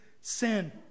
sin